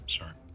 Sorry